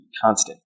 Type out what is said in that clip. constant